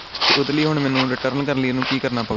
ਅਤੇ ਉਹਦੇ ਲਈ ਹੁਣ ਮੈਨੂੰ ਰਿਟਰਨ ਕਰ ਲਈ ਉਹਨੂੰ ਕੀ ਕਰਨਾ ਪਵੇਗਾ